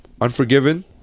Unforgiven